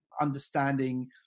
understanding